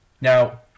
Now